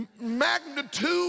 magnitude